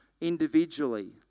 individually